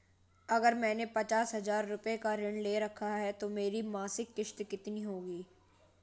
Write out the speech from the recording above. अगर मैंने पचास हज़ार रूपये का ऋण ले रखा है तो मेरी मासिक किश्त कितनी होगी?